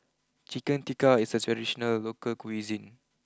Chicken Tikka is a traditional local cuisine